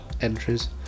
entries